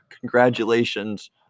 Congratulations